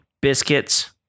Biscuits